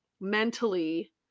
mentally